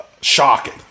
shocking